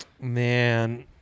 Man